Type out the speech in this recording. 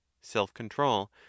self-control